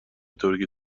ترکی